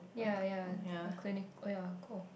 ya ya the clinic ya cool